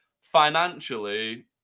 financially